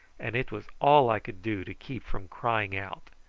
and it was all i could do to keep from crying out.